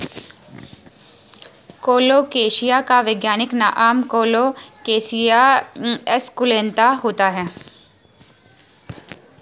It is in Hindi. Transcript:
कोलोकेशिया का वैज्ञानिक नाम कोलोकेशिया एस्कुलेंता होता है